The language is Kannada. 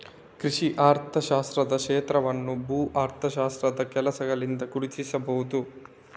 ಕೃಷಿ ಅರ್ಥಶಾಸ್ತ್ರದ ಕ್ಷೇತ್ರವನ್ನು ಭೂ ಅರ್ಥಶಾಸ್ತ್ರದ ಕೆಲಸಗಳಿಂದ ಗುರುತಿಸಬಹುದು